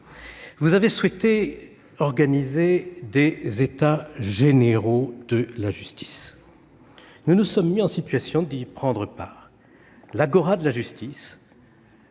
vous avez souhaité organiser des États généraux de la justice. Nous nous sommes mis en situation d'y prendre part. L'Agora de la justice,